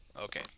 Okay